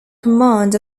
command